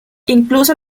incluso